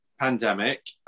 pandemic